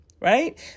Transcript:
right